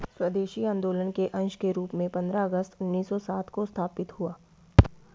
स्वदेशी आंदोलन के अंश के रूप में पंद्रह अगस्त उन्नीस सौ सात को स्थापित हुआ